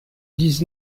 dix